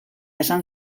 esan